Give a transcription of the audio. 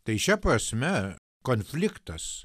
tai šia prasme konfliktas